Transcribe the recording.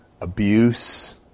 abuse